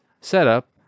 setup